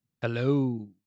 Hello